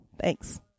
Thanks